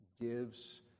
gives